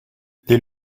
les